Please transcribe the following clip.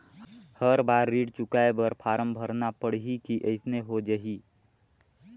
हर बार ऋण चुकाय बर फारम भरना पड़ही की अइसने हो जहीं?